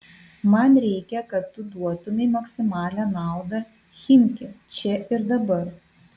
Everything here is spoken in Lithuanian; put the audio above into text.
man reikia kad tu duotumei maksimalią naudą chimki čia ir dabar